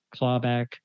clawback